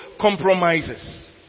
compromises